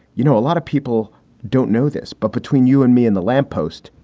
you know, a lot of people don't know this, but between you and me in the lamp post.